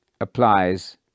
applies